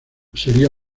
sería